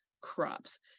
crops